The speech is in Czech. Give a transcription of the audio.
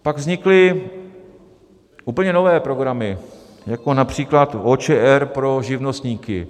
Pak vznikly úplně nové programy jako například OČR pro živnostníky.